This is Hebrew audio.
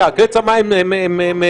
כלי צמ"ה הם ניידים,